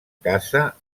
casa